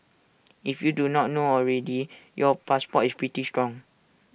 if you do not know already your passport is pretty strong